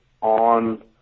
on